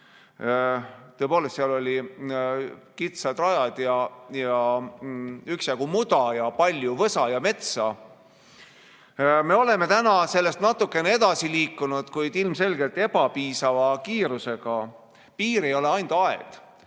Tõepoolest, seal olid kitsad rajad ja üksjagu muda ja palju võsa ja metsa. Me oleme täna sellest natukene edasi liikunud, kuid ilmselgelt ebapiisava kiirusega. Piir ei ole ainult aed.